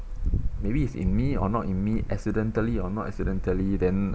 maybe it's in me or not in me accidentally or not accidentally then